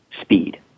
speed